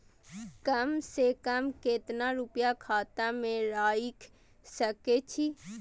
कम से कम केतना रूपया खाता में राइख सके छी?